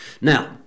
Now